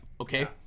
okay